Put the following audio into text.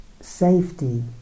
safety